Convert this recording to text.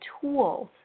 tools